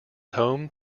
home